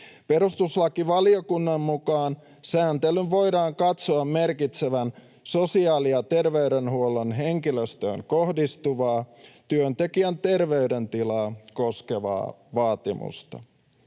Perustuslakivaliokunnan mukaan sääntelyn voidaan katsoa merkitsevän sosiaali- ja terveydenhuollon henkilöstöön kohdistuvaa, työntekijän terveydentilaa koskevaa vaatimusta.